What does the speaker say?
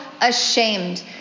ashamed